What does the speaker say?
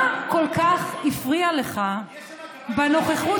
מה כל כך הפריע לך בנוכחות שלנו,